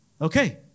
Okay